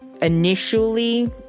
initially